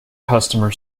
customer